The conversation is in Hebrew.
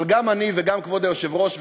אבל גם אני וגם כבוד היושב-ראש,